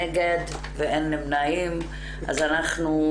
הצבעה בעד, 1 נגד, אין נמנעים, אין אושרה.